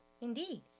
Indeed